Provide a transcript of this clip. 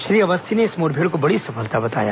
श्री अवस्थी ने इस मुठभेड़ को बड़ी सफलता बताया